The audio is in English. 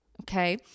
Okay